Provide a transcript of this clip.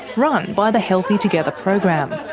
run by the healthy together program.